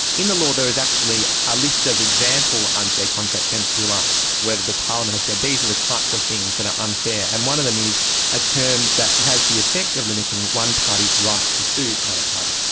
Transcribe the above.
in the law there is actually a ah list of example unfair contract terms, if you like, whether the parliament has said these are the types of things that are unfair. and one of them is a term that has the effect of limiting one party's right to sue another party.